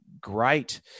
great